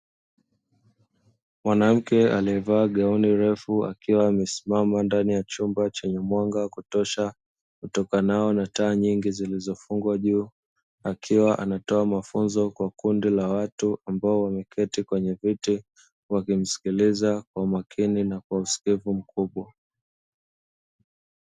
Mwanamke aliyevaa gauni refu akiwa amesimama ndani ya chumba chenye mwanga wa kutosha; utokanao na taa nyingi zilizofungwa juu, akiwa anatoa mafunzo kwa kundi la watu ambao wameketi kwenye viti, wakimsikiliza kwa umakini na kwa usikivu mkubwa.